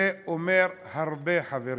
זה אומר הרבה, חברים.